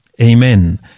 Amen